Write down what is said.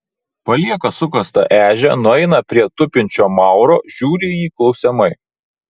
palieka sukastą ežią nueina prie tupinčio mauro žiūri į jį klausiamai